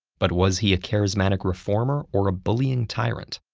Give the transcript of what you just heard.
but was he a charismatic reformer or a bullying tyrant?